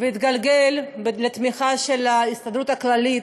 והתגלגל לתמיכה של ההסתדרות הכללית,